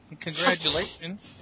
Congratulations